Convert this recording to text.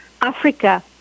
Africa